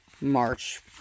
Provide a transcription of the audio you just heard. March